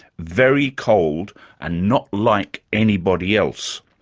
very cold and not like anybody else.